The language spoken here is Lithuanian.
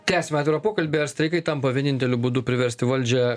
tęsiam atvirą pokalbį ar streikai tampa vieninteliu būdu priversti valdžią